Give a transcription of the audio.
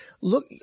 look